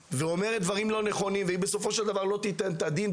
ואומרת דברים לא נכונים ובסופו של דבר לא תיתן את הדין,